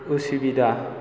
उसुबिदा